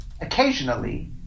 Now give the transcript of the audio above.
occasionally